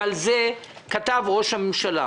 על זה כתב ראש הממשלה,